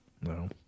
No